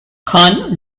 khan